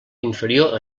inferior